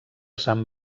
sant